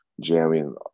jamming